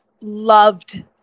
loved